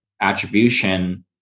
attribution